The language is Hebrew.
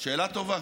שאלה טובה.